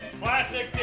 Classic